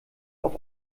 auf